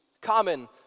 common